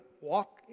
walk